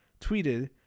tweeted